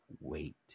wait